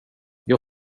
jag